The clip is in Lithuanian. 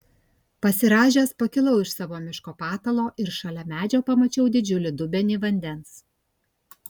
pasirąžęs pakilau iš savo miško patalo ir šalia medžio pamačiau didžiulį dubenį vandens